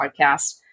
Podcast